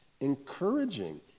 encouraging